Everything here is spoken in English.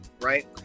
right